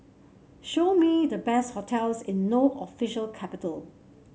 show me the best hotels in No official capital